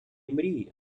мрії